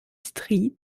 street